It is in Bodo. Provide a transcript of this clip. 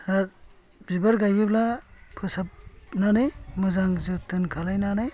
बिबार गायोब्ला फोसाबनानै मोजां जोथोन खालामनानै